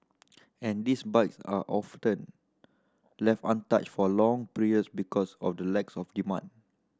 and these bikes are often left untouched for long periods because of the lacks of demand